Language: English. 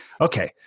okay